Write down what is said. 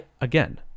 Again